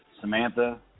Samantha